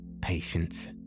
patience